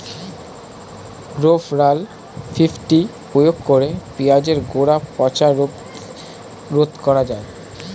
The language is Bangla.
রোভরাল ফিফটি প্রয়োগ করে পেঁয়াজের গোড়া পচা রোগ রোধ করা যায়?